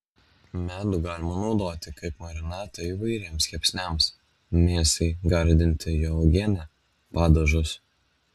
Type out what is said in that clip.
medų galima naudoti kaip marinatą įvairiems kepsniams mėsai gardinti juo uogienę padažus